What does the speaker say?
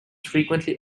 frequently